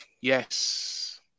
Yes